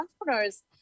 entrepreneurs